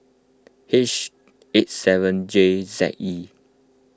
H eight seven J Z E